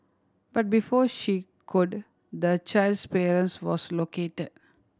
but before she could the child's parents was located